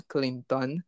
Clinton